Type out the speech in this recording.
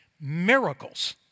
miracles